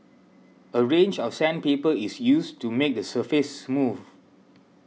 a range of sandpaper is used to make the surface smooth